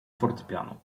fortepianu